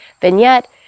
vignette